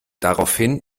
daraufhin